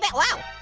but whoa!